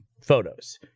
photos